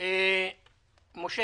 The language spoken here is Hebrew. להגיד "עוד